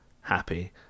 happy